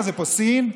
מה זה פה, סין?